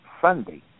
Sunday